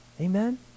Amen